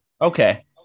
Okay